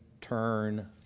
turn